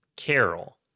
Carol